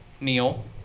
Neil